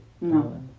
no